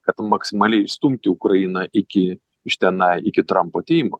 kad maksimaliai išstumti ukrainą iki iš tenai iki trampo atėjimo